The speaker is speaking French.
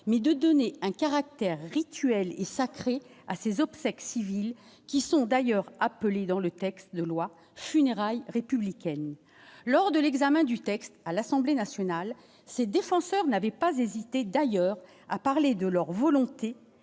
mais de donner un caractère rituel et sacré à ces obsèques civiles, qui sont d'ailleurs appelés dans le texte de loi funérailles républicaine lors de l'examen du texte à l'Assemblée nationale, ses défenseurs n'avait pas hésité d'ailleurs à parler de leur volonté